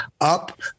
up